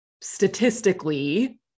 statistically